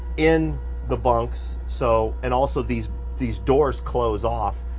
in the bunks. so, and also these these doors close off,